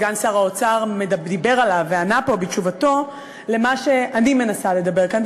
מה שסגן שר האוצר דיבר עליו וענה פה בתשובתו למה שאני מנסה לומר כאן.